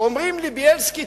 אומרים לי: בילסקי,